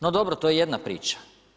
No dobro, to je jedna priča.